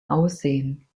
aussehen